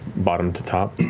bottom to top.